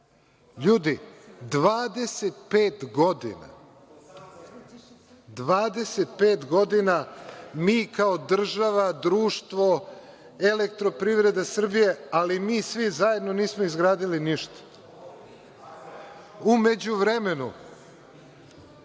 godine. LJudi, 25 godina mi kao država, društvo, „Elektroprivreda Srbije“, ali mi svi zajedno nismo izgradili ništa. U međuvremenu